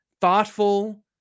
thoughtful